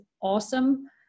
awesome